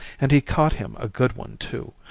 and he caught him a good one too,